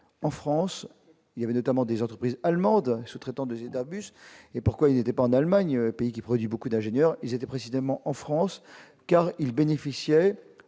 en France, il y avait notamment des entreprises allemandes sous traitant des et d'un bus et pourquoi il n'était pas en Allemagne, pays qui produit beaucoup d'ingénieurs étaient précisément en France car ils bénéficiaient